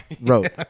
wrote